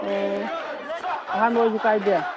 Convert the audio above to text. ꯑꯣ ꯑꯍꯥꯟꯕ ꯑꯣꯏꯔꯁꯨ ꯀꯥꯏꯗꯦ